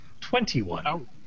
twenty-one